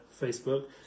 facebook